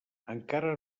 encara